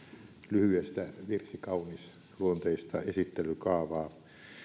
lyhyestä virsi kaunis luonteista esittelykaavaa